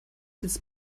jetzt